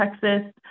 Texas